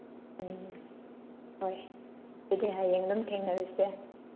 ꯎꯝ ꯍꯣꯏ ꯑꯗꯨꯗꯤ ꯍꯌꯦꯡ ꯑꯗꯨꯝ ꯊꯦꯡꯅꯔꯁꯦ